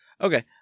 Okay